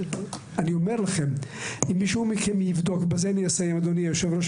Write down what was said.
אני אומר לכם, בזה אני אסיים אדוני יושב הראש.